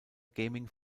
gaming